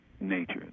nature